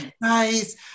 nice